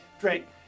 Drake